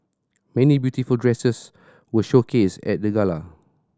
many beautiful dresses were showcased at the gala